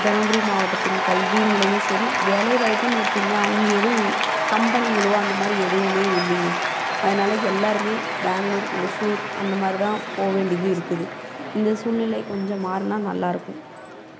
தருமபுரி மாவட்டத்தின் கல்வி நிலையும் சரி வேலை வாய்ப்பும் எடுத்திங்கனா இங்கே எதுவும் கம்பெனிகளோ அந்த மாதிரி எதுவும் இல்லைங்க அதனால எல்லோருமே பெங்களூர் ஒசூர் அந்த மாதிரிதான் போவேண்டியது இருக்குது இந்த சூழ்நிலை கொஞ்சம் மாறினா நல்லா இருக்கும்